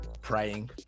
praying